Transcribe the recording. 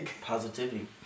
Positivity